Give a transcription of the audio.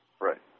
Right